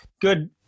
good